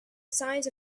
signs